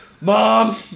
mom